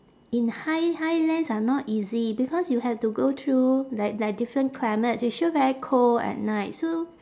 in high~ highlands are not easy because you have to go through like like different climates you sure very cold at night so